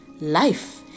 life